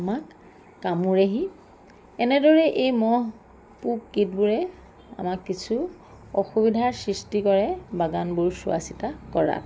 আমাক কামোৰেহি এনেদৰেই এই মহ পোক কীটবোৰে আমাক কিছু অসুবিধাৰ সৃষ্টি কৰে বাগানবোৰ চোৱা চিতা কৰাত